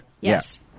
Yes